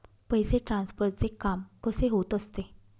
पैसे ट्रान्सफरचे काम कसे होत असते?